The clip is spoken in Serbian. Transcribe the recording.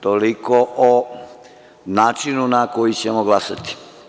Toliko o načinu na koji ćemo glasati.